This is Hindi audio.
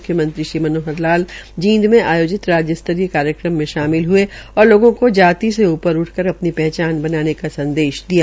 म्ख्यमंत्री श्री मनोहर लाल जींद में राज्य स्तरीय कार्यक्रम में शामिल हये और लोगों को जाति से ऊपर उठकर अपनी पहचान बनाने का संदेश दिय